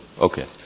Okay